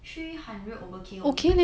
three hundred over K only